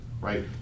right